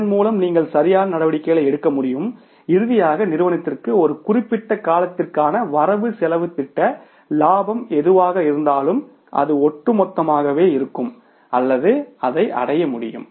இதன்மூலம் நீங்கள் சரியான நடவடிக்கைகளை எடுக்க முடியும் இறுதியாக நிறுவனத்திற்கு ஒரு குறிப்பிட்ட காலத்திற்கான வரவுசெலவுத் திட்ட லாபம் எதுவாக இருந்தாலும் அது ஒட்டுமொத்தமாகவே இருக்கும் அல்லது அதை அடைய முடியும்